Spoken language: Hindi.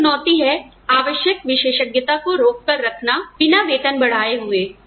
तीसरी चुनौती है आवश्यक विशेषज्ञता को रोक कर रखना बिना वेतन बढ़ाए हुए